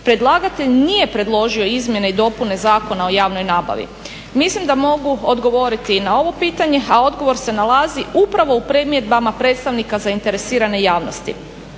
predlagatelj nije predložio izmjene i dopune Zakona o javnoj nabavi? Mislim da mogu odgovoriti i na ovo pitanje, a odgovor se nalazi upravo u primjedbama predstavnika zainteresirane javnosti.